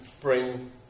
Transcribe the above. bring